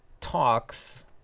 talks